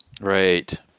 right